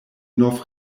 nov